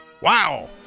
Wow